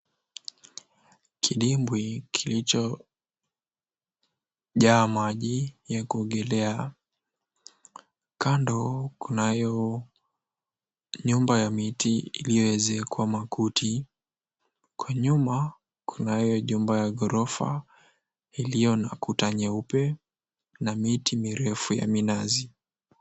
Kidimbwi kilichojaa maji ya kuogelea. Kando kunayo nyumba ya miti iliyoezekwa makuti. Kwa nyuma kunayo jumba ya ghorofa iliyo na kuta nyeupe na miti mirefu ya minazi.